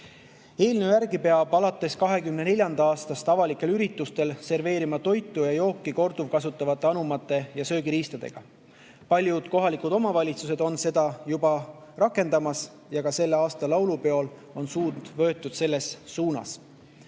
Eelnõu järgi peab alates 2024. aastast avalikel üritustel serveerima toitu ja jooki korduvkasutatavate anumate ja söögiriistadega. Paljud kohalikud omavalitsused on juba hakanud seda rakendama ja ka selle aasta laulupeol on suund sellele